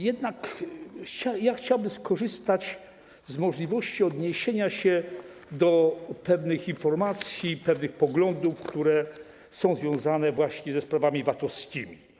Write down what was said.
Jednak chciałbym skorzystać z możliwości odniesienia się do pewnych informacji, pewnych poglądów, które są związane ze sprawami VAT-owskimi.